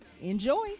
Enjoy